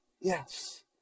Yes